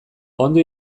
ondo